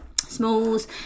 smalls